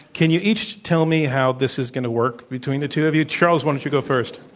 can you each tell me how this is going to work between the two of you? charles, why don't you go first?